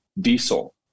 diesel